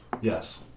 Yes